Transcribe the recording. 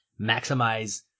maximize